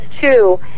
two